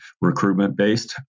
recruitment-based